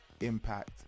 impact